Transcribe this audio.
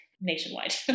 nationwide